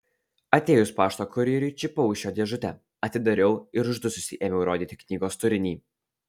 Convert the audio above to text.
atėjus pašto kurjeriui čiupau iš jo dėžutę atidariau ir uždususi ėmiau rodyti knygos turinį